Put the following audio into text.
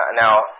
now